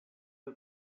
you